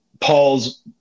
Paul's